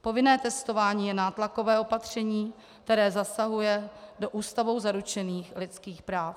Povinné testování je nátlakové opatření, které zasahuje do Ústavou zaručených lidských práv.